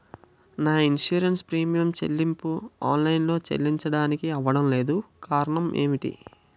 నా insurance premium చెల్లింపు online లో చెల్లించడానికి అవ్వడం లేదు కారణం ఏమిటి?